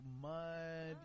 mud